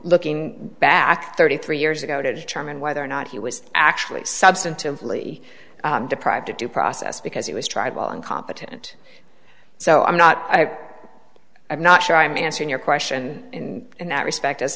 looking back thirty three years ago to determine whether or not he was actually substantively deprived of due process because he was tribal incompetent so i'm not i'm not sure i'm answering your question in that respect